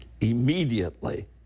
immediately